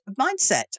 mindset